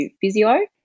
physio